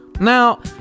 Now